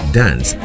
dance